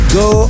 go